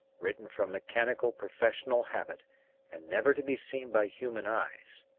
written from mechanical professional habit and never to be seen by human eyes,